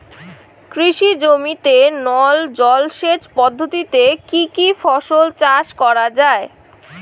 কৃষি জমিতে নল জলসেচ পদ্ধতিতে কী কী ফসল চাষ করা য়ায়?